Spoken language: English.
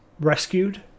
rescued